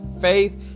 faith